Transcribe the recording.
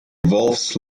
voles